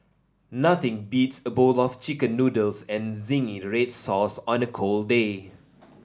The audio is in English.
nothing beats a bowl of Chicken Noodles and zingy red sauce on a cold day